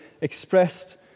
expressed